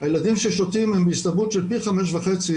הילדים ששותים הם בהסתברות של פי חמישה וחצי